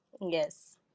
Yes